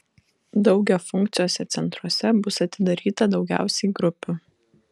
daugiafunkciuose centruose bus atidaryta daugiausiai grupių